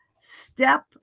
step